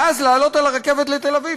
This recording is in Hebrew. ואז לעלות לרכבת לתל-אביב,